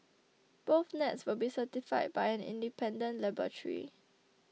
both nets will be certified by an independent laboratory